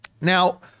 Now